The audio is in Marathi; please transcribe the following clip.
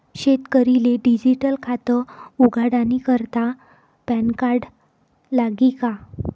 शेतकरीले डिजीटल खातं उघाडानी करता पॅनकार्ड लागी का?